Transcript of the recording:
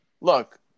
look